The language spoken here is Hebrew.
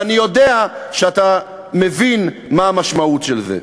ואני יודע שאתה מבין מה המשמעות של זה.